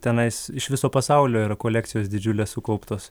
tenais iš viso pasaulio yra kolekcijos didžiulės sukauptos